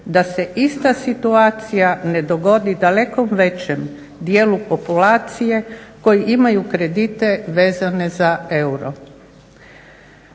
da se ista situacija ne dogodi daleko većem dijelu populacije koji imaju kredite vezane za euro.